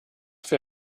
für